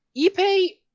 Ipe